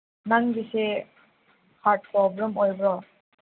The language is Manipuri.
ꯑꯗꯣ ꯅꯪꯒꯤꯁꯦ ꯍꯥꯔꯠ ꯄ꯭ꯔꯣꯕ꯭ꯂꯦꯝ ꯑꯣꯏꯕ꯭ꯔꯣ